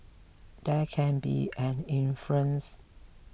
there can be an influence